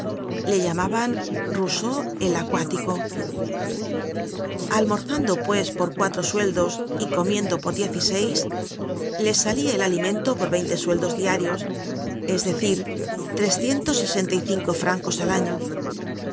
le llamaban rousseau el acuático almorzando pues por cuatro sueldos y comiendo por diez y seis le salia el alimento por veinte sueldos diarios es decir trescientos sesenta y cinco francos al año